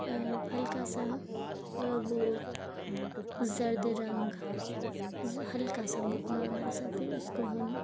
ہلکا سا وہ زرد رنگ ہلکا سا نارمل سا پھر اس کو ہم